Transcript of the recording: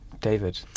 David